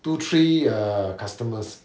two three uh customers